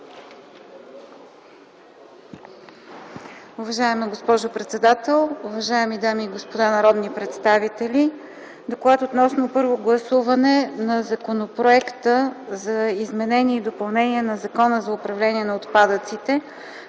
Уважаема госпожо председател, уважаеми дами и господа народни представители! „ДОКЛАД относно първо гласуване на Законопроекта за изменение и допълнение на Закона за управление на отпадъците,